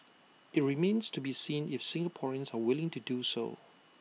IT remains to be seen if Singaporeans are willing to do so